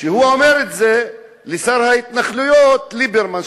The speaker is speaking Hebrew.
אומר את זה לשר ההתנחלויות ליברמן,